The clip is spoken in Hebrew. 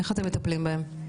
איך אתם מטפלים בהם?